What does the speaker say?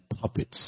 puppets